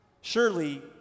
Surely